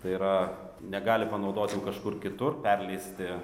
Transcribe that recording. tai yra negali panaudoti jų kažkur kitur perleisti